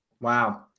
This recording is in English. Wow